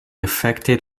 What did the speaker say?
affected